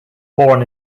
born